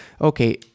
Okay